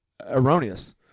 Erroneous